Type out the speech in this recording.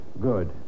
Good